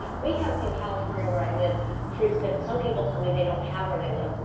we have in california where i live fruits that some people tell me they don't have where they live,